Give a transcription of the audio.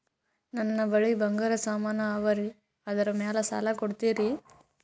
ನನ್ನ ಬಳಿ ಬಂಗಾರ ಸಾಮಾನ ಅವರಿ ಅದರ ಮ್ಯಾಲ ಸಾಲ ಕೊಡ್ತೀರಿ?